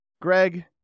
greg